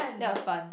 that was fun